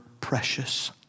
precious